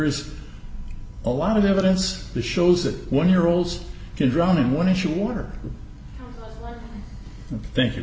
is a lot of evidence that shows that one year olds can drown in one issue water thank you